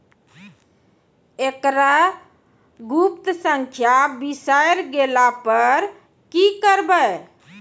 एकरऽ गुप्त संख्या बिसैर गेला पर की करवै?